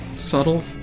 subtle